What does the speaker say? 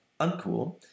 uncool